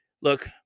look